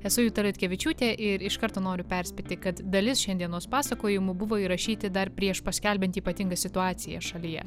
esu juta liutkevičiūtė ir iš karto noriu perspėti kad dalis šiandienos pasakojimų buvo įrašyti dar prieš paskelbiant ypatingą situaciją šalyje